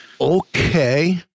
Okay